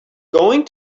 going